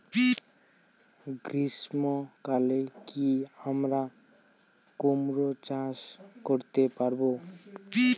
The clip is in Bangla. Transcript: গ্রীষ্ম কালে কি আমরা কুমরো চাষ করতে পারবো?